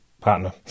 partner